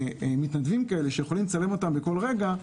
מתנדבים כאלה שיכולים לצלם אותם בכל רגע,